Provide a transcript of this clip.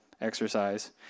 exercise